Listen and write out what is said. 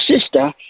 sister